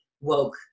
woke